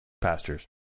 pastures